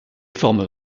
formes